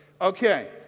Okay